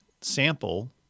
sample